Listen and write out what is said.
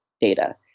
data